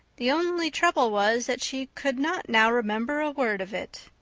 the only trouble was that she could not now remember a word of it.